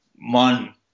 one